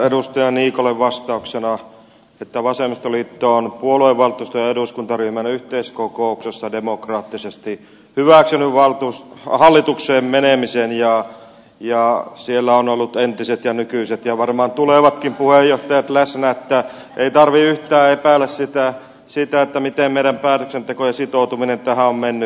edustaja niikolle vastauksena että vasemmistoliitto on puoluevaltuuston ja eduskuntaryhmän yhteiskokouksessa demokraattisesti hyväksynyt hallitukseen menemisen ja siellä ovat olleet entiset ja nykyiset ja varmaan tulevatkin puheenjohtajat läsnä joten ei tarvitse yhtään epäillä sitä miten meidän päätöksentekomme ja sitoutumisemme tähän on mennyt